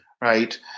right